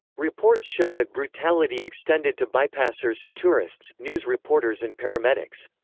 reports show that brutality extended to bypassers, tourists, news reporters and paramedics.